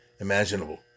Imaginable